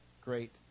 great